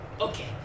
Okay